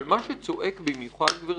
אבל מה שצועק במיוחד, גברתי,